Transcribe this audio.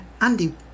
Andy